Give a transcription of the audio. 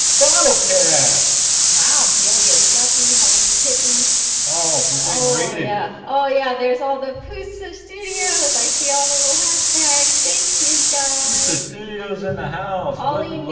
bottle caps wow delius got beheld kitten oh yeah oh yeah there's all the pussy so studios i see all the little hashtags thanks you go mr. studios in the house holly